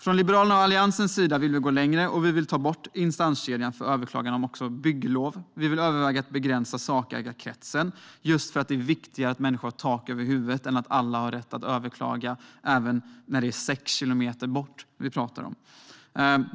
Från Liberalernas och Alliansens sida vill vi gå längre, och vi vill ta bort instanskedjan för överklagande om bygglov och överväga att begränsa sakägarkretsen, just för att det är viktigare att människor har tak över huvudet än att alla har rätt att överklaga även när det är sex kilometer bort som det ska byggas.